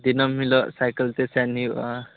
ᱫᱤᱱᱟ ᱢ ᱦᱤᱞᱳᱜ ᱥᱟᱭᱠᱮᱞ ᱛᱮ ᱥᱮᱱ ᱦᱩᱭᱩᱜ ᱟ